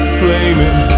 flaming